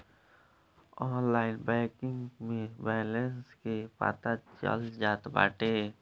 online banking में balance के पता चल जात बाटे